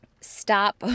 stop